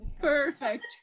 Perfect